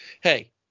Hey